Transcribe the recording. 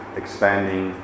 expanding